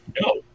No